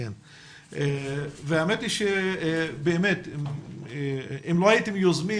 האמת היא שאם לא הייתם יוזמים,